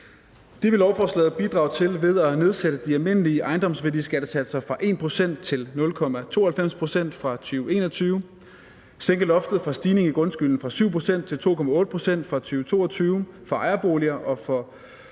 Det vil lovforslaget bidrage til ved at nedsætte de almindelige ejendomsværdiskattesatser fra 1 pct. til 0,92 pct. fra 2021, sænke loftet for stigningen i grundskylden fra 7 pct. til 2,8 pct. fra 2022 for ejerboliger og fra